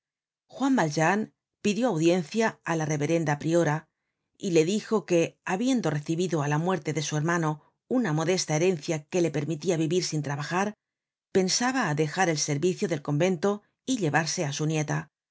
juan valjean pidió audiencia á la reverenda priora y le dijo que habiendo recibido á la muerte de su hermano una modesta herencia que le permitia vivir sin trabajar pensaba dejar el servicio del convento y llevarse á su nieta